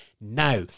now